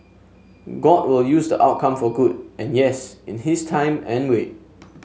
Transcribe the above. god will use the outcome for good and yes in his time and way